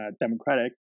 Democratic